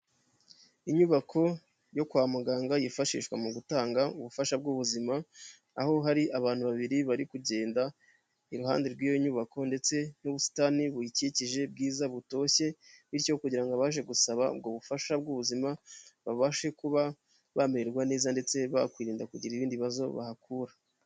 Inyubako yo kwa muganga yifashishwa mu gutanga ubufasha bw'ubuzima, aho hari abantu babiri bari kugenda iruhande rw'iyo nyubako, ndetse n'ubusitani buyikikije bwiza butoshye, bityo kugira ngo abaje gusaba ubwo bufasha bw'ubuzima babashe kuba bamererwa neza ndetse bakwirinda kugira ibindi bibazo bahakura.